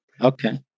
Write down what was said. Okay